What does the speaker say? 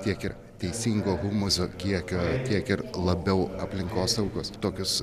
tiek ir teisingo humuso kiekio tiek ir labiau aplinkosaugos tokius